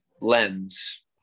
lens